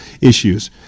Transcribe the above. issues